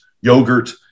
yogurt